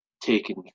taken